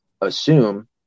assume